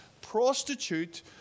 prostitute